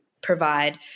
Provide